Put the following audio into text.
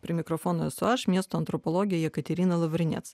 ir mikrofonas o aš miesto antropologė jekaterina lavrinec